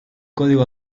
código